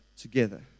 together